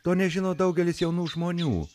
to nežino daugelis jaunų žmonių